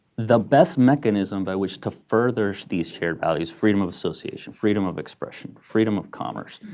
the best mechanism by which to further these shared values, freedom of association, freedom of expression, freedom of commerce,